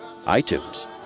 iTunes